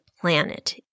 planet